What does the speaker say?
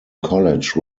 college